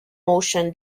motion